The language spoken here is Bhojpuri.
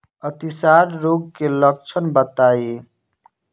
अतिसार रोग के लक्षण बताई?